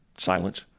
Silence